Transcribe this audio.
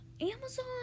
Amazon